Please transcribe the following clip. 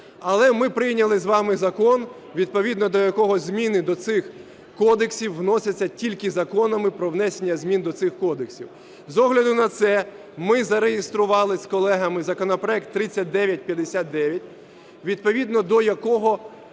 Але ми прийняли з вами закон, відповідно до якого зміни до цих кодексів вносяться тільки законами про внесення змін до цих кодексів. З огляду на це, ми зареєстрували з колегами законопроект 3959, відповідно до якого